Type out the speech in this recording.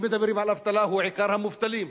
אם מדברים על אבטלה, הוא עיקר המובטלים,